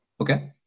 okay